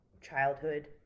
childhood